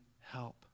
help